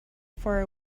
far